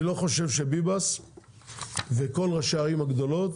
אני לא חושב שביבס וכל ראשי הערים הגדולות